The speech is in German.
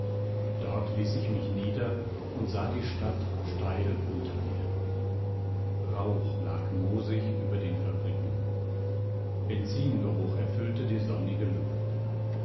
dort ließ ich mich nieder und sah die stadt steil unter mir rauch lag moosig über den fabriken benzingeruch erfüllte die sonnige luft